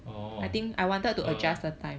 oh ya